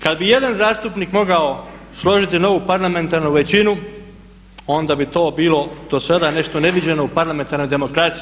Kada bi jedan zastupnik mogao složiti novu parlamentarnu većini onda bi to bilo do sada nešto neviđeno u parlamentarnoj demokraciji.